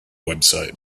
website